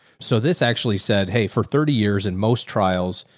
so this actually said, hey, for thirty years in most trials,